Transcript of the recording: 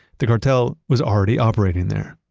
the cartel was already operating there.